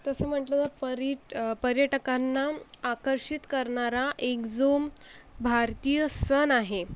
तसं म्हटलं तर परीट पर्यटकांना आकर्षित करणारा एक जुम भारतीय सण आहे